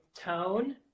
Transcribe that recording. tone